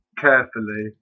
carefully